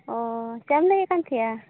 ᱚᱻ ᱪᱮᱫ ᱮᱢ ᱞᱟᱹᱭᱮᱫ ᱠᱟᱱ ᱛᱟᱦᱮᱜᱼᱟ